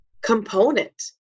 component